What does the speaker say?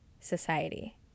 Society